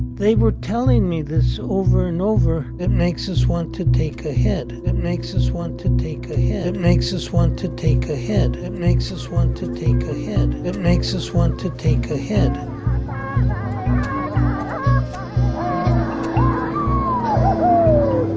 they were telling me this over and over. it makes us want to take a head. it makes us want to take a head. it makes us want to take a head. it makes us want to take a head. it makes us want to take a head um